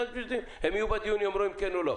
הם יהיו בדיון, כן או לא.